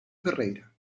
ferreira